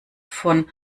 von